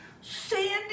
Sandy